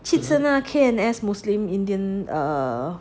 汽车呢 K_N_S muslim indian err